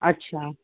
अछा